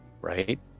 Right